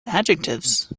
adjectives